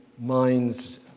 minds